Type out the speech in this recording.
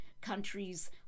countries